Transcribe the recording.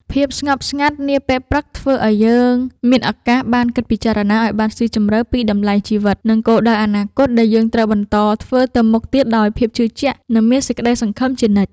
ភាពស្ងប់ស្ងាត់នាពេលព្រឹកធ្វើឱ្យយើងមានឱកាសបានគិតពិចារណាឱ្យបានស៊ីជម្រៅពីតម្លៃជីវិត និង គោលដៅអនាគតដែលយើងត្រូវបន្តធ្វើទៅមុខទៀតដោយភាពជឿជាក់ និង មានសេចក្តីសង្ឃឹមជានិច្ច។